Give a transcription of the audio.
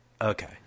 Okay